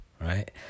right